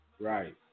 Right